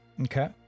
okay